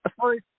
Sorry